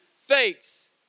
fakes